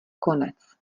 konec